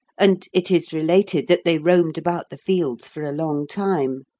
and it is related that they roamed about the fields for a long time.